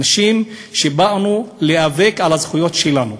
אנשים שבאנו להיאבק על הזכויות שלנו,